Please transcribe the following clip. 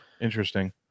Interesting